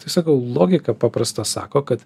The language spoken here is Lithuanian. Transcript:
tai sakau logika paprasta sako kad